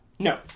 No